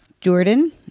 Jordan